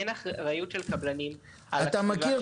אין אחריות של קבלנים על הסביבה --- אתה מכיר